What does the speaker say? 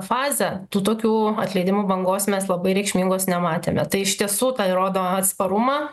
fazę tu tokių atleidimų bangos mes labai reikšmingos nematėme tai iš tiesų rodo atsparumą